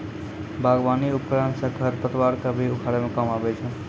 बागबानी उपकरन सँ खरपतवार क भी उखारै म काम आबै छै